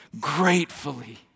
gratefully